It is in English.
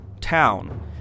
town